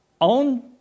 own